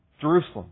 Jerusalem